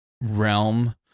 realm